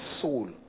soul